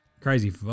Crazy